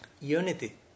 unity